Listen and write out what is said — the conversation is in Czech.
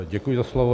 Děkuji za slovo.